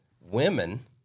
women